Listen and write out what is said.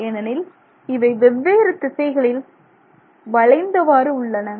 ஏனெனில் இவை வெவ்வேறு திசைகளில் வளைந்தவாறு உள்ளன